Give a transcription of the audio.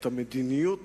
את המדיניות